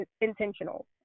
intentional